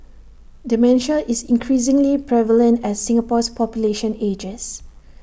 dementia is increasingly prevalent as Singapore's population ages